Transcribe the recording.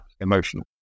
emotional